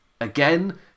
again